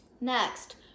Next